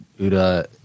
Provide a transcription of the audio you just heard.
Uda